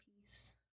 peace